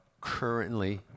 currently